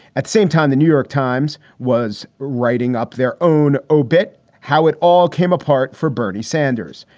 at same time, the new york times was writing up their own obit, how it all came apart for bernie sanders.